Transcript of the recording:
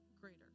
greater